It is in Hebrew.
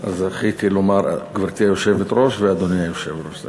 זכיתי לומר גברתי היושבת-ראש ואדוני היושב-ראש.